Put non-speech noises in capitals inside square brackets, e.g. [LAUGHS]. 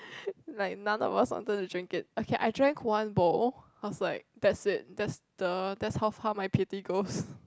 [LAUGHS] like none of us wanted to drink it okay I drank one bowl I was like that's it that's the that's how my pity goes